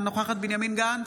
אינה נוכחת בנימין גנץ,